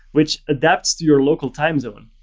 which adapts to your local time zone.